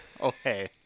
Okay